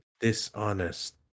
dishonest